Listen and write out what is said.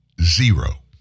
Zero